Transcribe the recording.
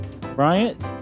Bryant